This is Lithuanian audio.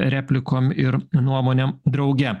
replikom ir nuomonėm drauge